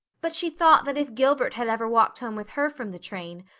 but she thought that if gilbert had ever walked home with her from the train,